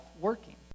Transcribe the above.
working